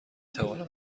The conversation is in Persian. توانم